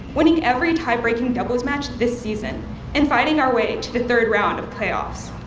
winning every tie-breaking doubles match this season and fighting our way to the third round of playoffs.